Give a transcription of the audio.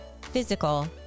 physical